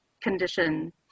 condition